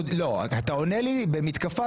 לקחתם לי את הזמן פעלתי.